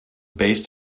based